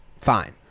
fine